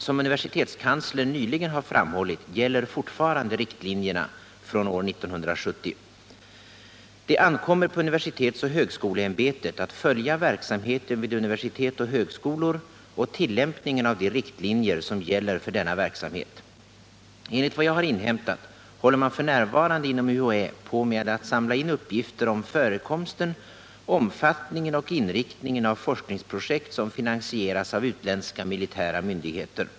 Som universitetskanslern nyligen har framhållit gäller fortfarande riktlinjerna från år 1970. Det ankommer på universitetsoch högskoleämbetet att följa verksamheten vid universitet och högskolor och tillämpningen av de riktlinjer som gäller för denna verksamhet. Enligt vad jag har inhämtat håller man f.n. inom UHÄ på med att samla in uppgifter om förekomsten, omfattningen och inriktningen av forskningsprojekt som finansieras av utländska militära myndigheter.